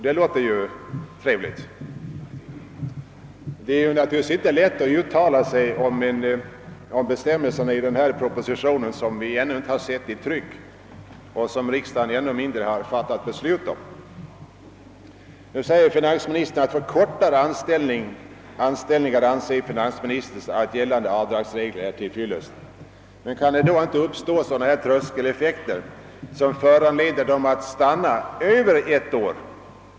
Det är naturligtvis inte lätt att uttala sig om bestämmelserna i den proposition som vi ännu inte har sett i tryck och som riksdagen alltså ännu mindre har haft tillfälle att ta ställning till. Finansministern säger nu att för kortare anställning är enligt hans mening gällande avdragsregler till fyllest; men kan det inte då uppstå sådana tröskeleffekter som föranleder dem att stanna mer än ett år?